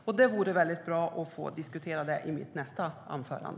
Jag ska tala mer om det i nästa inlägg.